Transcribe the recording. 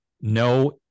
no